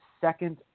second